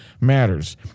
matters